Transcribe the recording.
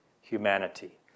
humanity